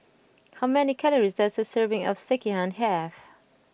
how many calories does a serving of Sekihan have